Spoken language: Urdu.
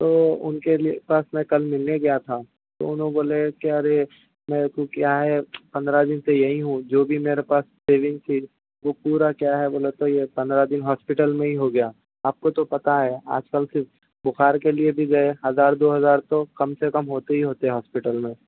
تو ان کے لیے پاس میں کل ملنے گیا تھا تو انھوں بولے کہ ارے میرے کو کیا ہے پندرہ دن سے یہیں ہوں جو بھی میرے پاس سیونگ تھی وہ پورا کیا ہے بولے تو یہ پندرہ دن ہاسپٹل میں ہی ہو گیا آپ کو تو پتہ ہے آج کل صرف بخار کے لیے بھی جو ہے ہزار دو ہزار تو کم سے کم ہوتے ہی ہوتے ہیں ہاسپٹل میں